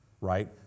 right